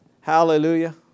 Hallelujah